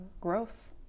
growth